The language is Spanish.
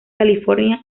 california